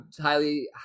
highly